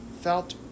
felt